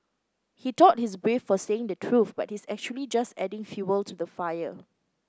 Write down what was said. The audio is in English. he thought he's brave for saying the truth but he's actually just adding fuel to the fire